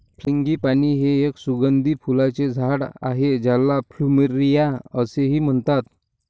frangipani हे एक सुगंधी फुलांचे झाड आहे ज्याला प्लुमेरिया असेही म्हणतात